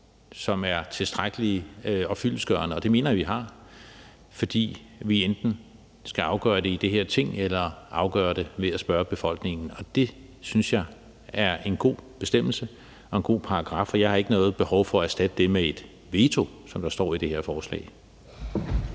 som er tilstrækkelige og fyldestgørende, og det mener jeg vi har, fordi vi enten skal afgøre det i det her Ting eller afgøre det ved at spørge befolkningen. Det synes jeg er en god bestemmelse og en god paragraf, og jeg har ikke noget behov for at erstatte det med et veto, som der står i det her forslag.